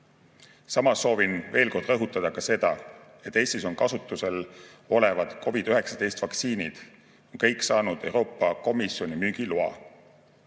Samas soovin veel kord rõhutada ka seda, et Eestis kasutusel olevad COVID-19 vaktsiinid on kõik saanud Euroopa Komisjoni müügiloa.